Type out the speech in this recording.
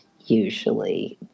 usually